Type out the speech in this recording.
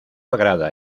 agrada